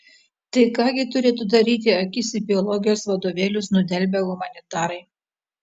tai ką gi turėtų daryti akis į biologijos vadovėlius nudelbę humanitarai